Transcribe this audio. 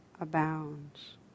abounds